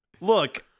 Look